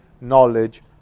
knowledge